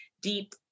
deep